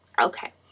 Okay